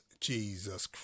Jesus